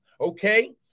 okay